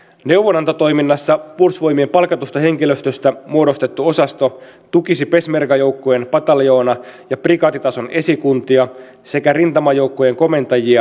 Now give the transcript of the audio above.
neuvonantotoiminnassa puolustusvoimien palkatusta henkilöstöstä muodostettu osasto tukisi peshmerga joukkojen pataljoona ja prikaatitason esikuntia sekä rintamajoukkojen komentajia rintamalinjan takana